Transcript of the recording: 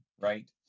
right